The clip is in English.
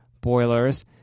boilers